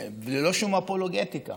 ללא שום אפולוגטיקה.